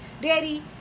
Daddy